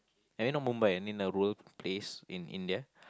I mean not Mumbai I mean a rural place in India